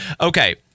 Okay